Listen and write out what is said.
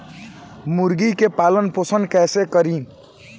मुर्गी के पालन पोषण कैसे करी?